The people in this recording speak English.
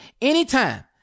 anytime